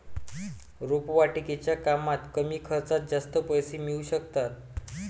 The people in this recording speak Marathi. रोपवाटिकेच्या कामात कमी खर्चात जास्त पैसे मिळू शकतात